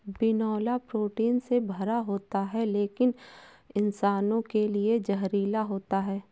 बिनौला प्रोटीन से भरा होता है लेकिन इंसानों के लिए जहरीला होता है